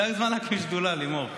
זה הזמן להקים שדולה, לימור.